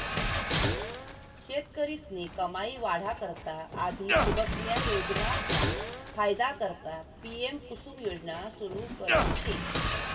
शेतकरीस्नी कमाई वाढा करता आधी ठिबकन्या योजनासना फायदा करता पी.एम.कुसुम योजना सुरू करेल शे